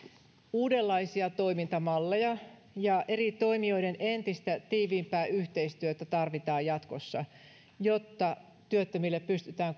uudenlaisia toimintamalleja ja eri toimijoiden entistä tiiviimpää yhteistyötä tarvitaan jatkossa jotta työttömille pystytään